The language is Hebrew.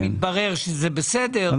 אם יתברר שזה בסדר,